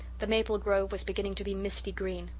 the maple grove was beginning to be misty green.